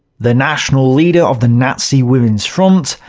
the national leader of the nazi women's front,